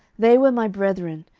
they were my brethren,